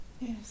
Yes